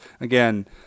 Again